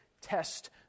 Test